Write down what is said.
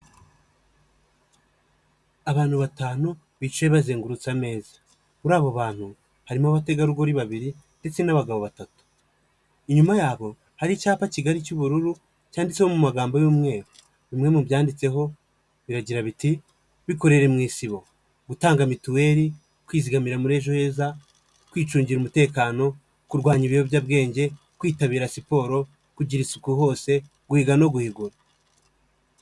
Abantu batanu bicaye bazengurutse ameza, muri abo bantu harimo abategarugori babiri ndetse n'abagabo batatu, inyuma yabo hari icyapa kigari cy'ubururu cyanditseho mu magambo y'umweru bimwe mu byanditseho biragira biti "bikorere mu isibo" gutanga mituweli, kwizigamira muri ejo heza, kwicungira umutekano, kurwanya ibiyobyabwenge, kwitabira siporo, kugira isuku hose, guhiga no guhigura.